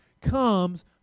comes